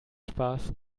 spaß